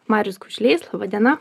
marius kušlys laba diena